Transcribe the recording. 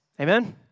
Amen